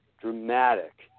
dramatic